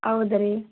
ಹೌದು ರೀ